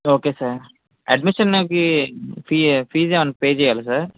okay sir అడ్మిషన్కి fee fees ఏమన్నా pay చేయాలా సార్